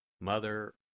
Mother